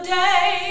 day